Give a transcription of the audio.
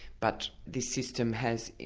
but this system has,